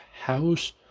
house